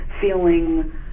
feeling